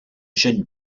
jeunes